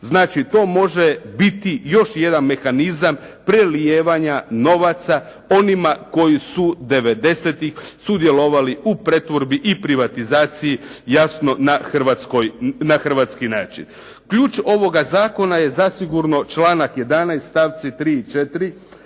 Znači to može biti još jedan mehanizam prelijevanja novaca onima koji su '90.-ih sudjelovali u pretvorbi i privatizaciji jasno na hrvatski način. Ključ ovoga zakona je zasigurno članak 11. stavci 3. i 4.,